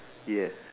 yes